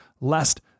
lest